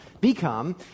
become